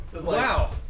Wow